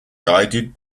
guided